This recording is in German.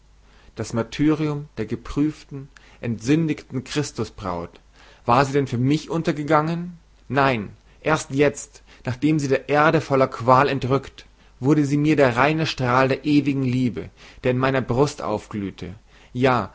das martyrium der geprüften entsündigten christusbraut war sie denn für mich untergegangen nein jetzt erst nachdem sie der erde voller qual entrückt wurde sie mir der reine strahl der ewigen liebe der in meiner brust aufglühte ja